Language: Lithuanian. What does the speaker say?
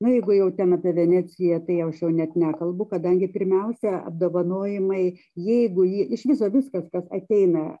na jeigu jau ten apie veneciją tai aš jau net nekalbu kadangi pirmiausia apdovanojimai jeigu ji iš viso viskas kas ateina